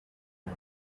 and